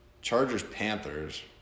Chargers-Panthers